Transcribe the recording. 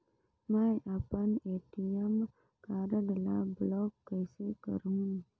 मै अपन ATM card ल ब्लाक कइसे करहूं?